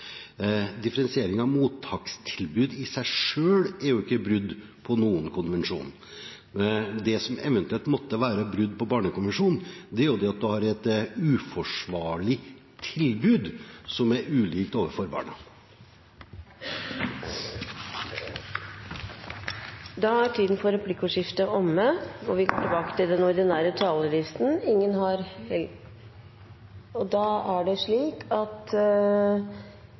Differensiering av mottakstilbud er i seg selv ikke brudd på noen konvensjon. Det som eventuelt måtte være brudd på barnekonvensjonen, er at man har et uforsvarlig tilbud, som er ulikt overfor barna. Replikkordskiftet er omme. De talere som heretter får ordet, har også en taletid på inntil 3 minutter. Det er her statsråden tar feil. Jeg vil be statsråden og regjeringen om å lese denne innstillingen og